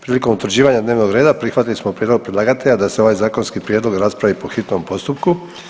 Prilikom utvrđivanja dnevnog reda prihvatili smo prijedlog predlagatelja da se ovaj zakonski prijedlog raspravi po hitnom postupku.